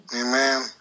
Amen